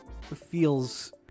feels